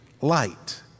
light